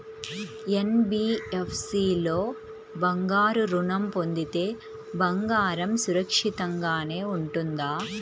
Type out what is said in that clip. NBFC లో బంగారు ఋణం పొందితే బంగారం సురక్షితంగానే ఉంటుందా?